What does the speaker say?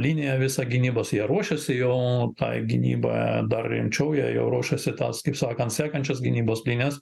liniją visą gynybos jie ruošėsi jo tai gynyba dar rimčiau jie jau ruošėsi tas kaip sakant sekančios gynybos linijas